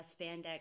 spandex